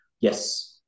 yes